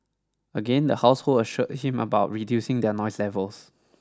again the household assured him about reducing their noise levels